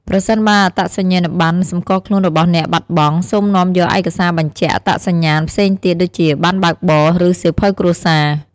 ប្រសិនបើអត្តសញ្ញាណប័ណ្ណសម្គាល់ខ្លួនរបស់អ្នកបាត់បង់ សូមនាំយកឯកសារបញ្ជាក់អត្តសញ្ញាណផ្សេងទៀត ដូចជាប័ណ្ណបើកបរ ឬសៀវភៅគ្រួសារ។